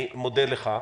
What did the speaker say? אני מודה לך.